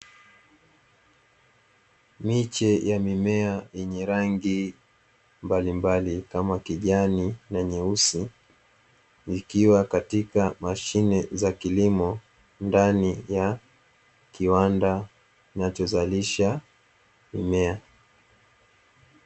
Miche ya mimea yenye rangi mbalimbali kama kijani na nyeusi, ikiwa katika mashine za kilimo ndani ya kiwanda kinachozalisha mimea.